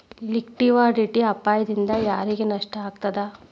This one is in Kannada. ಲಿಕ್ವಿಡಿಟಿ ಅಪಾಯ ದಿಂದಾ ಯಾರಿಗ್ ನಷ್ಟ ಆಗ್ತದ?